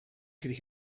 could